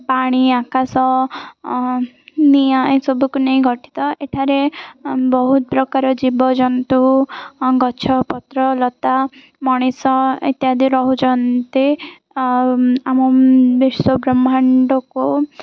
ପାଣି ଆକାଶ ନିଆଁ ଏସବୁକୁ ନେଇ ଗଠିତ ଏଠାରେ ବହୁତ ପ୍ରକାର ଜୀବଜନ୍ତୁ ଗଛପତ୍ର ଲତା ମଣିଷ ଇତ୍ୟାଦି ରହୁଛନ୍ତି ଆଉ ଆମ ବିଶ୍ୱ ବ୍ରହ୍ମାଣ୍ଡକୁ